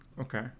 okay